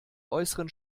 äußeren